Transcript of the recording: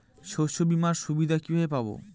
শস্যবিমার সুবিধা কিভাবে পাবো?